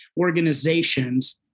organizations